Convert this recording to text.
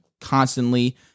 constantly